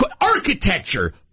architecture